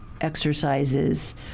exercises